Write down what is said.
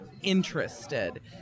interested